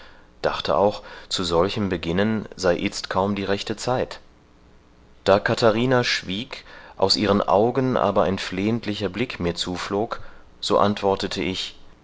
dachte auch zu solchem beginnen sei itzt kaum die rechte zeit da katharina schwieg aus ihren augen aber ein flehentlicher blick mir zuflog so antwortete ich